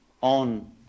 on